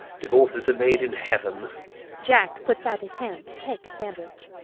divorces are made in heaven jack puts out his hand to take a sandwich.